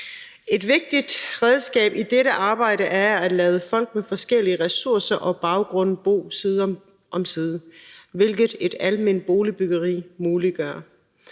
Et vigtigt redskab i dette arbejde er at lade folk med forskellige ressourcer og baggrunde bo side om side, hvilket et alment boligbyggeri muliggør.